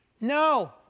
No